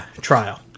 trial